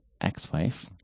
ex-wife